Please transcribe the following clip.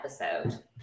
episode